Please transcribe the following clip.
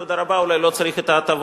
תודה רבה, אולי לא צריך את ההטבות.